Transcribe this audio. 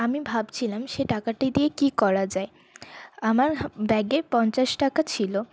আমি ভাবছিলাম সে টাকাটি দিয়ে কি করা যায় আমার ব্যাগে পঞ্চাশ টাকা ছিল